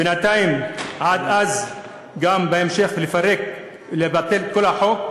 בינתיים, עד אז וגם בהמשך, לפרק ולבטל את כל החוק.